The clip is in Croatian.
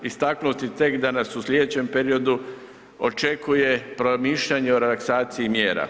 Istaknuti tek da nas u sljedećem periodu očekuje promišljanje o relaksaciji mjera.